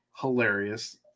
hilarious